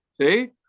See